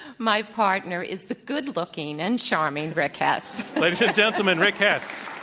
my partner is the good looking and charming rick hess. ladies and gentlemen, rick hess.